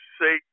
say